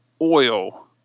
oil